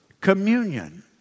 Communion